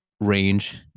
range